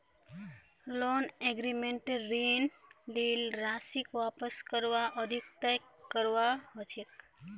loan एग्रीमेंटत ऋण लील राशीक वापस करवार अवधि तय करवा ह छेक